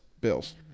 Bills